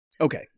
Okay